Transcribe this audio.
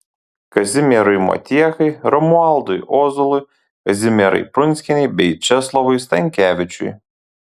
kazimierui motiekai romualdui ozolui kazimierai prunskienei bei česlovui stankevičiui